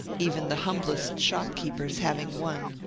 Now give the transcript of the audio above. even the humblest shopkeepers having one,